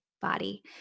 body